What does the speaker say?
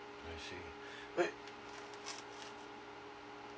I see but